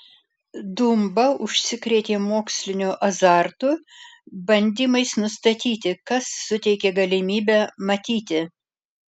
dumba užsikrėtė moksliniu azartu bandymais nustatyti kas suteikė galimybę matyti